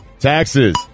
Taxes